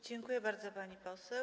Dziękuję bardzo, pani poseł.